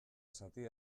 zati